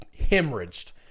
hemorrhaged